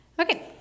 Okay